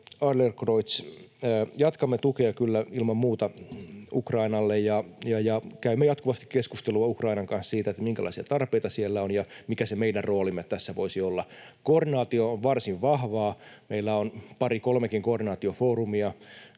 jatkamme kyllä ilman muuta tukea Ukrainalle. Käymme jatkuvasti keskustelua Ukrainan kanssa siitä, minkälaisia tarpeita siellä on ja mikä se meidän roolimme tässä voisi olla. Koordinaatio on varsin vahvaa. Meillä on pari kolmekin koordinaatiofoorumia.